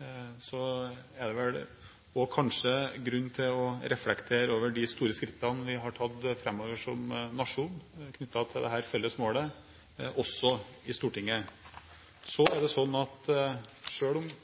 er det vel kanskje grunn til å reflektere over de store skrittene vi har tatt framover som nasjon knyttet til dette felles målet, også i Stortinget. Så selv om Gassnova skulle konkludere med at dette er et godt prosjekt, og selv om